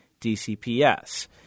DCPS